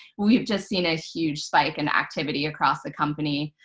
we've just seen a huge spike in activity across the company,